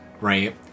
right